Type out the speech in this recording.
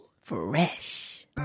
fresh